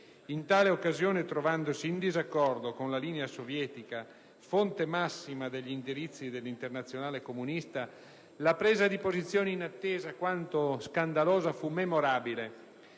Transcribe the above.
In tale occasione, trovandosi in disaccordo con la linea sovietica, fonte massima degli indirizzi dell'Internazionale comunista, la presa di posizione inattesa, quanto «scandalosa», fu memorabile: